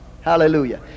Hallelujah